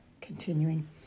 Continuing